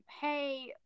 hey